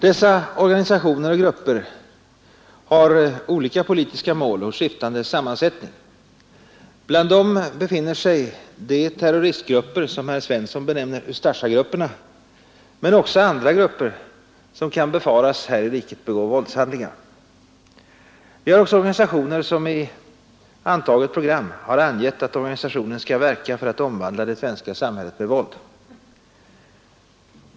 Dessa organisationer och grupper har olika politiska mål och skiftande sammansättning. Bland dem befinner sig de terroristgrupper som herr Svensson benämner Ustasjagrupperna men också andra grupper som kan befaras här i riket begå politiska våldshandlingar. Vi har också organisationer som i antaget program har angett att organisationen skall verka för att omvandla det svenska samhället med våld.